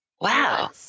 wow